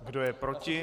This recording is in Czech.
Kdo je proti?